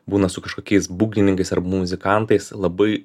būna su kažkokiais būgnininkais arba muzikantais labai